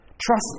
Trust